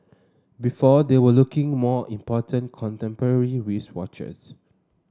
before they were looking more important contemporary wristwatches